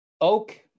Oak